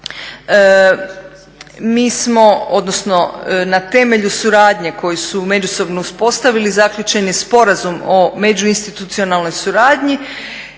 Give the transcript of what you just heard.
Mi smo, odnosno temelju suradnje koju se međusobno uspostavili zaključen je sporazum o među institucionalnoj suradnji